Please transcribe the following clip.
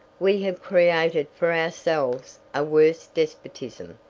we have created for ourselves a worse despotism,